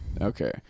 Okay